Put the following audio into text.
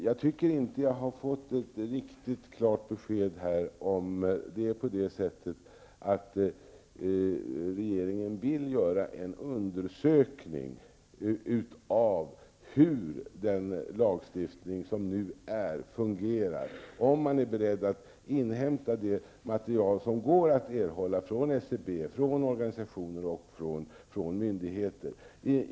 Jag tycker inte att jag har fått ett riktigt klart besked huruvida regeringen vill göra en undersökning av hur den nuvarande lagstiftningen fungerar, om man är beredd att inhämta det material som går att erhålla från SCB, från organisationer och från myndigheter.